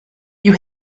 you